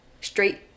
straight